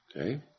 Okay